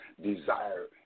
desire